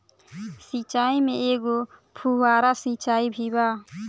सिचाई में एगो फुव्हारा सिचाई भी बा